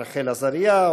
רחל עזריה,